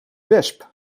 wesp